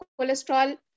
cholesterol